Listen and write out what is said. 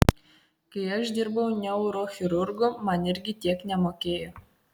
kai aš dirbau neurochirurgu man irgi tiek nemokėjo